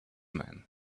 men